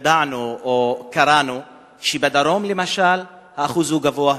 ידענו או קראנו, בדרום, למשל, האחוז גבוה מאוד,